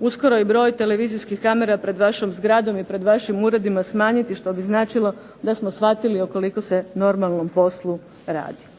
uskoro i broj televizijskih kamera pred vašom zgradom i pred vašim uredima smanjiti što bi značilo da smo shvatili o koliko se normalnom poslu radi.